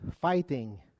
fighting